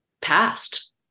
past